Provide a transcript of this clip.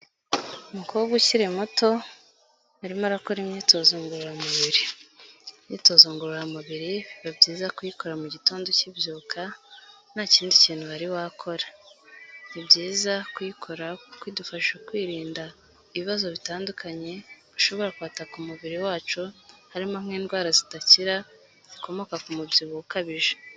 Umukobwa ukiri muto arimo arakora imyitozo ngororamubiri, imyitozo ngororamubiri biba byiza kuyikora mu gitondo ukibyuka nta kindi kintu wari wakora, ni byiza kuyikora kuko idufasha kwirinda ibibazo bitandukanye bishobora kwataka ku mubiri wacu harimo nk'indwara zidakira zikomoka ku mubyibuho ukabije.